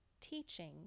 teaching